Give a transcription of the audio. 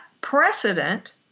precedent